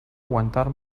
aguantar